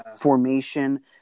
formation